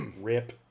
Rip